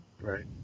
Right